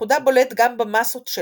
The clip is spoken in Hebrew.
ייחודה בולט גם במסות שלה,